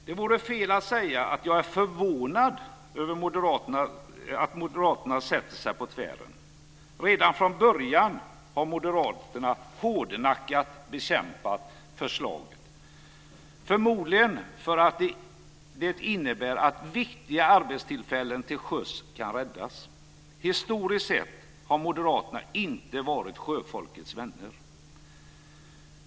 Det vore fel att säga att jag är förvånad över att Moderaternas sätter sig på tvären. Redan från början har Moderaterna hårdnackat bekämpat förslaget - förmodligen för att det innebär att viktiga arbetstillfällen till sjöss kan räddas. Historiskt sett har Moderaterna inte varit sjöfolkets vänner.